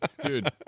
dude